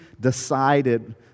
decided